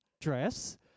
dress